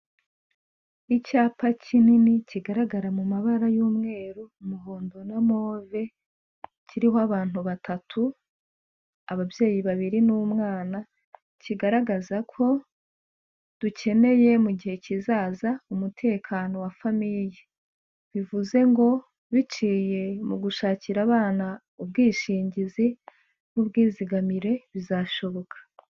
Icyapa kinini kigaragara mu mabara y'umweru, umuhondo na move kiriho abantu batatu, ababyeyi babiri n'umwana kigaragaza ko dukeneye mu gihe kizaza umutekano wa famiye, bivuze ngo biciye mu gushakira abana ubwishingizi n'ubwizigamire bizashoboka.